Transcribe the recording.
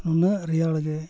ᱱᱩᱱᱟᱹᱜ ᱨᱮᱭᱟᱲ ᱜᱮ